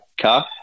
car